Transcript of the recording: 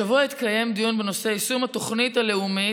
השבוע התקיים דיון בנושא יישום התוכנית הלאומית